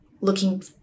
looking